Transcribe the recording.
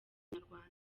inyarwanda